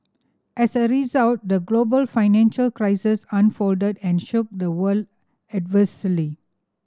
as a result the global financial crisis unfolded and shook the world adversely